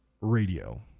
Radio